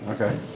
Okay